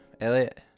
Elliot